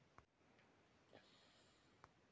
Debit ಮತ್ತು credit ಕಾರ್ಡ್ಗೆ ವರ್ಷಕ್ಕ ಎಷ್ಟ ಫೇ ಕಟ್ಟಬೇಕ್ರಿ?